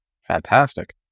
Fantastic